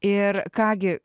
ir ką gi